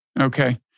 Okay